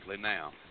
now